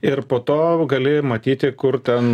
ir po to gali matyti kur ten